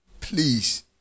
please